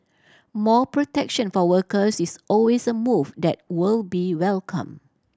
more protection for workers is always a move that will be welcomed